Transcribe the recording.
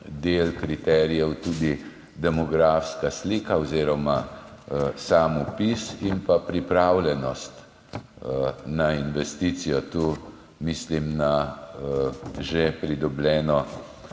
del kriterijev tudi demografska slika oziroma sam vpis in pa pripravljenost na investicijo, tu mislim na že pridobljeno